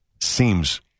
seems